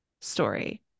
story